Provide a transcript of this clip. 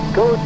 go